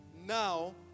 Now